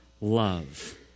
love